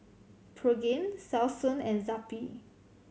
Pregain Selsun and Zappy